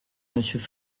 monsieur